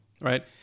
Right